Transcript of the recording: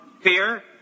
fear